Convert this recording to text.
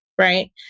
Right